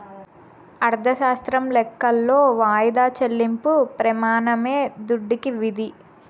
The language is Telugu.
అర్ధశాస్త్రం లెక్కలో వాయిదా చెల్లింపు ప్రెమానమే దుడ్డుకి విధి